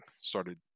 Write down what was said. started